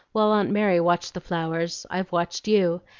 while aunt mary watched the flowers, i've watched you,